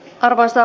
arvoisa